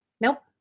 Nope